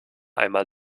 einmal